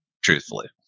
Truthfully